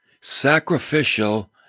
sacrificial